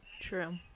True